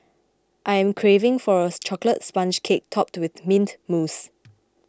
I am craving for a Chocolate Sponge Cake Topped with Mint Mousse